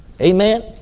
Amen